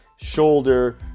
shoulder